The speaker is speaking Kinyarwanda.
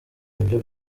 ibyo